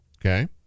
Okay